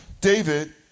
David